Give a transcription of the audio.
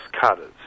cutters